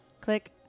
Click